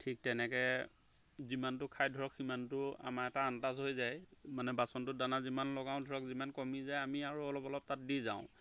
ঠিক তেনেকৈ যিমানটো খায় ধৰক সিমানটো আমাৰ এটা আন্দাজ হৈ যায় মানে বাচনটোত দানা যিমান লগাওঁ ধৰক যিমান কমি যায় আমি আৰু অলপ অলপ তাত দি যাওঁ